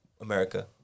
America